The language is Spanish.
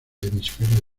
hemisferio